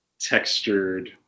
textured